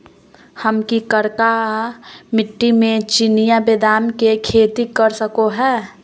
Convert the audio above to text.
हम की करका मिट्टी में चिनिया बेदाम के खेती कर सको है?